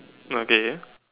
okay